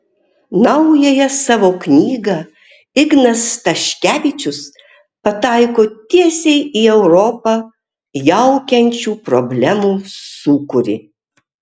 naująja savo knyga ignas staškevičius pataiko tiesiai į europą jaukiančių problemų sūkurį